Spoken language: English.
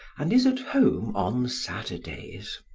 and is at home on saturdays.